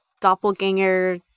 doppelganger